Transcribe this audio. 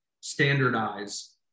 standardize